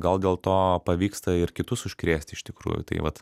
gal dėl to pavyksta ir kitus užkrėsti iš tikrųjų tai vat